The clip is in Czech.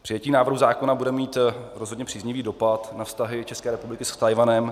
Přijetí návrhu zákona bude mít rozhodně příznivý dopad na vztahy České republiky s Tchajwanem.